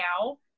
now